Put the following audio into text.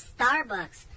Starbucks